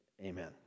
Amen